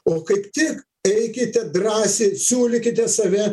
o kaip tik eikite drąsiai siūlykite save